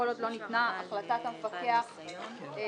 כל עוד לא ניתנה החלטת המפקח בבקשתו".